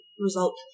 Result